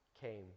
came